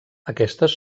aquestes